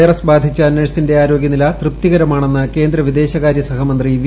virus ബാധിച്ചു നഴ്സിന്റെ ആരോഗ്യനില തൃപ്തികരമാണെന്ന് കേന്ദ്ര വിദേശകാര്യ സഹമന്ത്രി വി